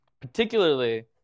particularly